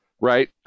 Right